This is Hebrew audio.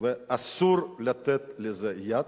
ואסור לתת לזה יד,